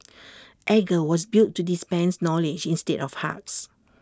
edgar was built to dispense knowledge instead of hugs